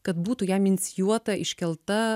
kad būtų jam inicijuota iškelta